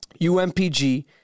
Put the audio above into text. UMPG